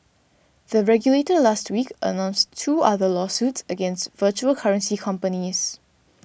the regulator last week announced two other lawsuits against virtual currency companies